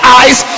eyes